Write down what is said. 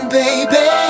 baby